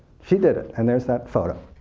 she did and there's that photo.